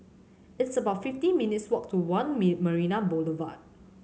it's about fifty minutes' walk to One Marina Boulevard